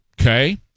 Okay